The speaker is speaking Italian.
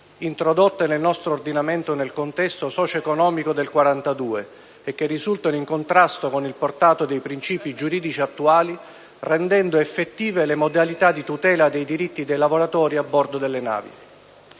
introdotte nel nostro ordinamento nel contesto socioeconomico del 1942, e che risultano in contrasto con il portato dei principi giuridici attuali, rendendo effettive le modalità di tutela dei diritti dei lavoratori a bordo delle navi.